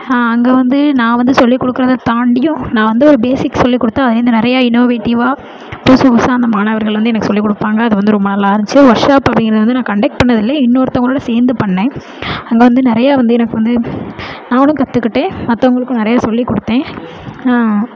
அங்கே வந்து நான் வந்து சொல்லிக் கொடுக்கறத தாண்டியும் நான் வந்து ஒரு பேசிக் சொல்லிக் கொடுத்தேன் அதுலேருந்து நிறைய இனோவேட்டிவாக புதுசு புதுசாக அந்த மாணவர்கள் வந்து எனக்கு சொல்லிக் கொடுப்பாங்க அது வந்து ரொம்ப நல்லாயிருந்துச்சி ஒர்க் ஷாப் அப்படிங்கிறது வந்து நான் கண்டெக்ட் பண்ணதில்லை இன்னொருத்தவங்களோடு சேர்ந்து பண்ணேன் அங்கே வந்து நிறைய வந்து எனக்கு வந்து நானும் கற்றுக்கிட்டேன் மற்றவங்களுக்கும் நிறைய சொல்லிக் கொடுத்தேன்